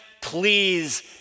please